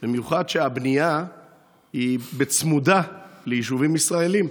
במיוחד שהבנייה היא צמודה ליישובים ישראליים.